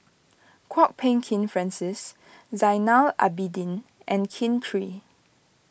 Kwok Peng Kin Francis Zainal Abidin and Kin Chui